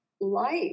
life